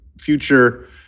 future